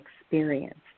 experienced